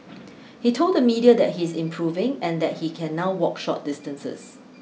he told the media that he is improving and that he can now walk short distances